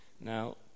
now